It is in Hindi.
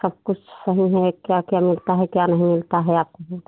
सब कुछ सही है क्या क्या मिलता है क्या नहीं मिलता है आपके यहाँ